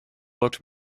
looked